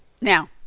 now